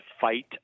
Fight